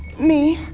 me.